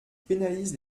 pénalise